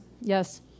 Yes